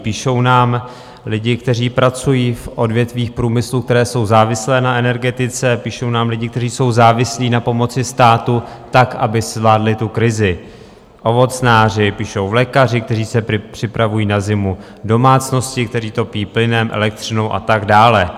Píšou nám lidi, kteří pracují v odvětvích průmyslu, která jsou závislá na energetice, píšou nám lidi, kteří jsou závislí na pomoci státu tak, aby zvládli tu krizi, ovocnáři, píšou lékaři, kteří se připravují na zimu, domácnosti, které topí plynem, elektřinou a tak dále.